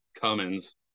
Cummins